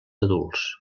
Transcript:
adults